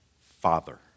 Father